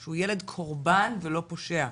שהוא ילד קורבן ולא פושע?